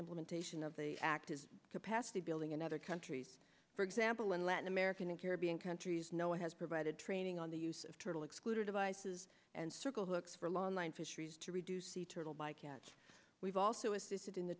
implementation of the act is capacity building in other countries for example in latin american and caribbean countries no one has provided training on the use of turtle excluder devices and circle hooks for a long line fisheries to reduce sea turtle bycatch we've also assisted in the